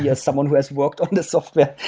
yeah as someone who has worked on the software,